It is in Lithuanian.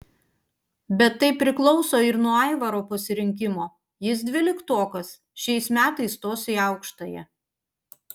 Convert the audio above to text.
bet tai priklauso ir nuo aivaro pasirinkimo jis dvyliktokas šiais metais stos į aukštąją